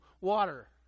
water